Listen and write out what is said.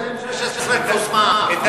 זה M-16 פלוס מע"מ.